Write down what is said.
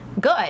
good